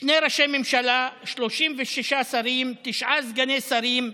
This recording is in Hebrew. "שני ראשי ממשלה, 36 שרים, תשעה סגני שרים,